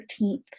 13th